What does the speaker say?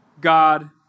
God